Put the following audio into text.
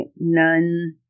none